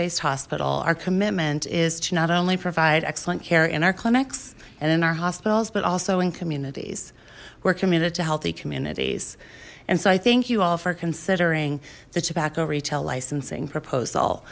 based hospital our commitment is to not only provide excellent care in our clinics and in our hospitals but also in communities we're committed to healthy communities and so i thank you all for considering the tobacco retail licensing proposal